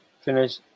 finish